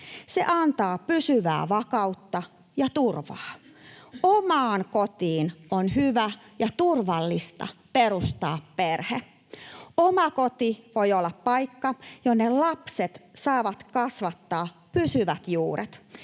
Se antaa pysyvää vakautta ja turvaa. Omaan kotiin on hyvä ja turvallista perustaa perhe. Oma koti voi olla paikka, jonne lapset saavat kasvattaa pysyvät juuret,